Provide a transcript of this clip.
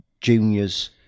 juniors